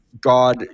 god